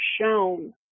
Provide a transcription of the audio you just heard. shown